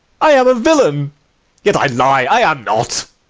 i am a villain yet i lie, i am not.